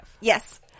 Yes